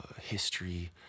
history